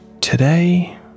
Today